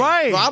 Right